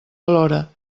alhora